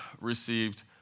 received